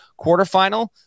quarterfinal